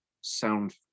sound